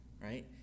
right